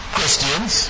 Christians